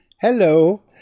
Hello